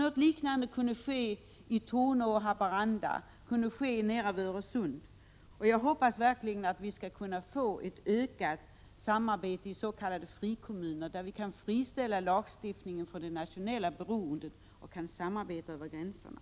Något liknande skulle man kunna göra i Torneå och Haparanda och vid Öresund. Jag hoppas verkligen att vi skall kunna få ett ökat samarbete i s.k. frikommunerna, där vi kan friställa lagstiftningen från det nationella beroendet och samarbeta över gränserna.